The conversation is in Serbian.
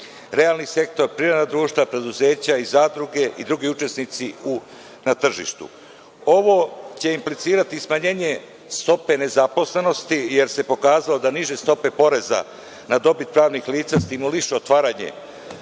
realni sektor, privredna društva, preduzeća, zadruge i drugi učesnici na tržištu. Ovo će implicirati smanjenje stope nezaposlenosti, jer se pokazalo da niže stope poreza na dobit pravnih lica stimulišu otvaranje